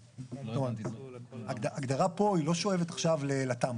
ההגדרה פה היא לא שואפת עכשיו לתמ"א,